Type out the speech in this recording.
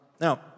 Now